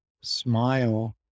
smile